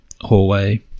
hallway